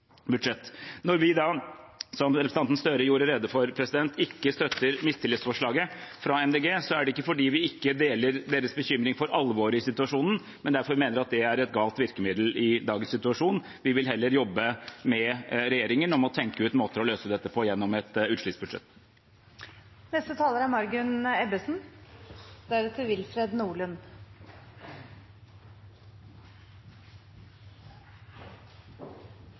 budsjett. Når vi da, som representanten Gahr Støre gjorde rede for, ikke støtter mistillitsforslaget fra Miljøpartiet De Grønne, er det ikke fordi vi ikke deler deres bekymring for alvoret i situasjonen, men fordi vi mener det er et galt virkemiddel i dagens situasjon. Vi vil heller jobbe med regjeringen for å tenke ut måter å løse dette på gjennom et